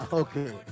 okay